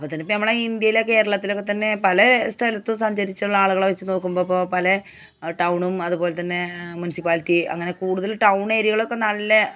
അപ്പം തന്നെയിപ്പോൾ ഞമ്മളെ ഇന്ത്യയിലോ കേരളത്തിലൊക്കെത്തന്നെ പലേ സ്ഥലത്തും സഞ്ചരിച്ചുള്ള ആളുകളെ വെച്ച് നോക്കുമ്പോൽ ഇപ്പോൾ പലേ ടൗണും അതു പോലെത്തന്നെ മുനിസിപ്പാലിറ്റി അങ്ങനെ കൂടുതല് ടൗണേരിയകളൊക്കെ നല്ല